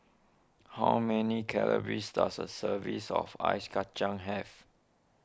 how many calories does a serving of Ice Kacang have